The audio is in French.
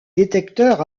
détecteurs